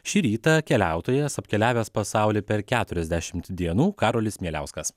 šį rytą keliautojas apkeliavęs pasaulį per keturiasdešimt dienų karolis mieliauskas